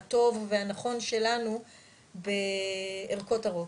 הטוב והנכון שלנו בערכות הרוק.